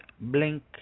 blink